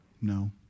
No